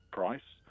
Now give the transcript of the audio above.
price –